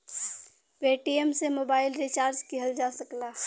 Paytm से mobile recharge किहल जा सकला